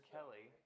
Kelly